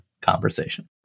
conversation